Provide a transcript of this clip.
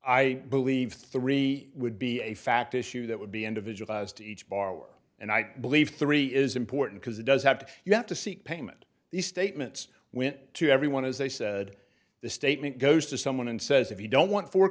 i believe three would be a fact issue that would be individualized to each borrower and i believe three is important because it does have to you have to seek payment these statements went to everyone as they said the statement goes to someone and says if you don't want for